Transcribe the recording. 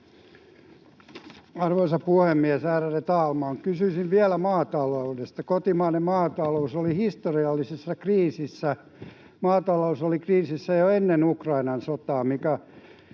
Arvoisa puhemies, ärade talman! Kysyisin vielä maataloudesta. Kotimainen maatalous on historiallisessa kriisissä. Maatalous oli kriisissä jo ennen Ukrainan sotaa,